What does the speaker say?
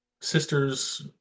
sisters